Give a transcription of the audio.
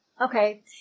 okay